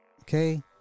Okay